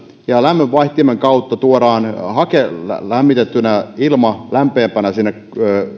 ja lämmönvaihtimen kautta tuodaan hakelämmitettynä ilma lämpimämpänä sinne